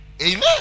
amen